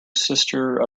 sister